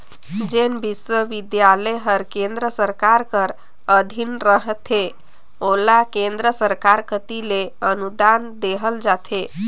जेन बिस्वबिद्यालय हर केन्द्र सरकार कर अधीन रहथे ओला केन्द्र सरकार कती ले अनुदान देहल जाथे